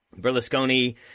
Berlusconi